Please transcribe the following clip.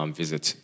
visit